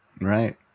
right